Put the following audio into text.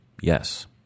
yes